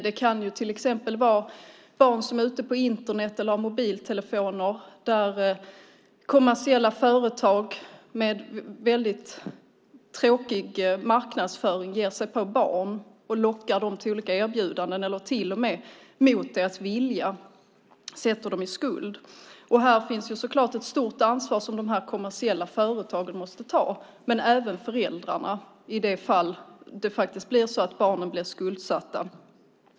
Det kan till exempel vara barn som är ute på Internet eller har mobiltelefoner, där kommersiella företag med väldigt tråkig marknadsföring ger sig på barn, lockar dem med olika erbjudanden eller till och med mot deras vilja sätter dem i skuld. Här finns så klart ett stort ansvar som dessa kommersiella företag måste ta, men även föräldrarna i det fall att barnen blir skuldsatta.